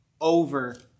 over